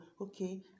okay